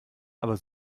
aber